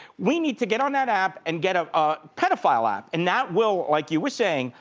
we need to get on that app and get a ah pedophile app and that will, like you were saying,